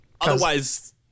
otherwise